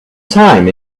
time